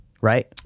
right